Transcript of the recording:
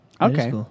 Okay